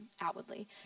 outwardly